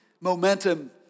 Momentum